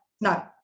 No